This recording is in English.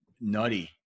nutty